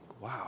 Wow